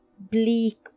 bleak